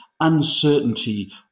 uncertainty